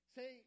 Say